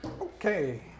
okay